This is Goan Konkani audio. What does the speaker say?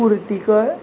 कुर्तीकर